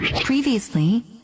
Previously